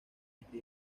este